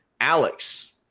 Alex